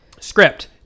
Script